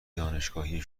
دانشگاهی